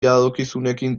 iradokizunekin